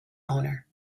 owner